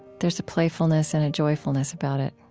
there's a playfulness and a joyfulness about it.